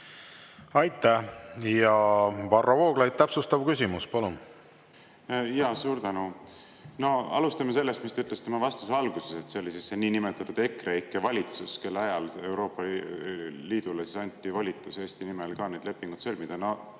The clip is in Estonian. Aitäh! Ja Varro Vooglaid, täpsustav küsimus, palun! Suur tänu! Alustame sellest, mis te ütlesite oma vastuse alguses, et see oli siis see niinimetatud EKREIKE valitsus, kelle ajal Euroopa Liidule anti volitus Eesti nimel need lepingud sõlmida.